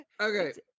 Okay